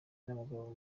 n’abagabo